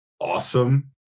awesome